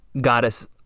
goddess